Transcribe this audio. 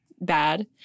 Bad